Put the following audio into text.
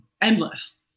endless